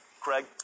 Craig